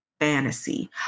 fantasy